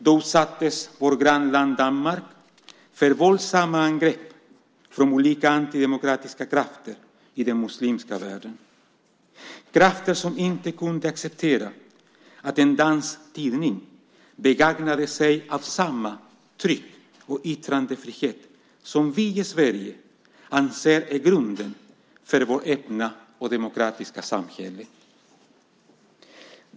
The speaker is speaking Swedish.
Då utsattes vårt grannland Danmark för våldsamma angrepp från olika antidemokratiska krafter i den muslimska världen. Det var krafter som inte kunde acceptera att en dansk tidning begagnade sig av samma tryck och yttrandefrihet som vi i Sverige anser är grunden för vårt öppna och demokratiska samhälle.